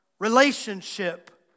relationship